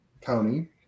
county